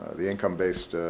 the income based